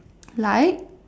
like